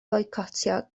foicotio